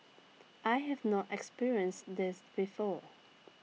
I have not experienced this before